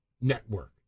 network